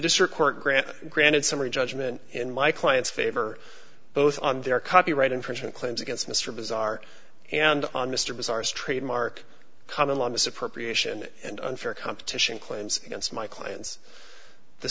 district court granted granted summary judgment in my client's favor both on their copyright infringement claims against mr bizarre and on mr bazaars trademark common law misappropriation and unfair competition claims against my clients the